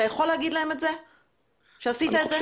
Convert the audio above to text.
אתה יכול להגיד להם שעשית את זה?